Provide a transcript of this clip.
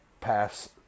pass